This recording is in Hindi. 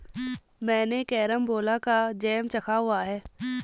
मैंने कैरमबोला का जैम चखा हुआ है